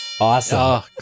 awesome